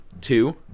two